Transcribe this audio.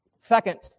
Second